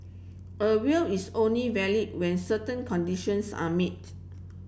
a will is only valid when certain conditions are meet